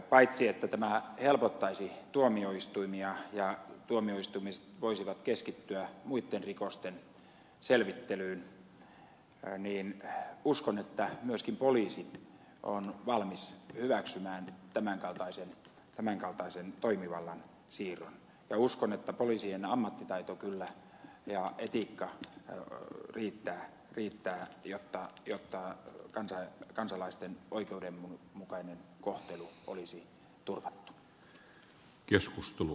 paitsi että tämä helpottaisi tuomioistuimia ja tuomioistuimet voisivat keskittyä muitten rikosten selvittelyyn niin uskon että myöskin poliisi on valmis hyväksymään tämän kaltaisen toimivallan siirron ja uskon että poliisien ammattitaito ja etiikka kyllä riittää jotta kansalaisten oikeudenmukainen kohtelu olisi turvattu